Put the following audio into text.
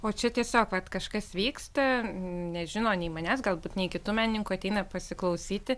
o čia tiesiog vat kažkas vyksta nežino nei manęs galbūt nei kitų menininkų ateina pasiklausyti